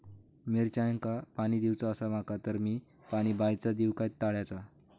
मिरचांका पाणी दिवचा आसा माका तर मी पाणी बायचा दिव काय तळ्याचा?